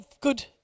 good